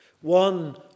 One